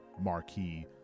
marquee